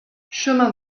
chemin